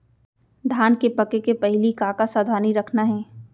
धान के पके के पहिली का का सावधानी रखना हे?